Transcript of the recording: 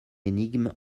énigme